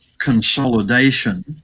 consolidation